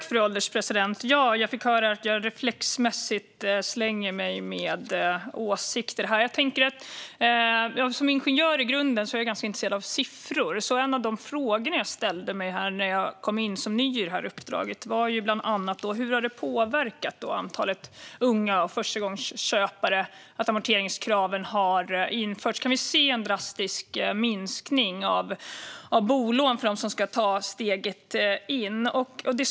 Fru ålderspresident! Jag fick höra att jag reflexmässigt slänger mig med åsikter här. Som ingenjör i grunden är jag ganska intresserad av siffror, så en av de frågor jag ställde mig när jag kom in som ny i detta uppdrag var bland annat hur det har påverkat antalet unga och förstagångsköpare att amorteringskrav införts och om vi kan se någon drastisk minskning av bolån för dem som ska ta steget in på bostadsmarknaden.